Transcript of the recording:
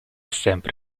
sempre